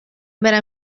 برم